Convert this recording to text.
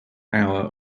hour